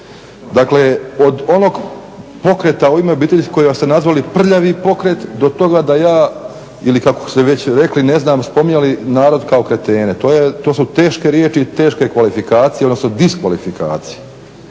dakle od onog pokreta U ime obitelji kojeg ste nazvali prljavi pokret do toga da ja ili kako ste već rekli, spominjali narod kao kretene. To su teške riječi i teške kvalifikacije odnosno diskvalifikacije.